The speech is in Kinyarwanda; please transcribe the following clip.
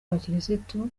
bakirisitu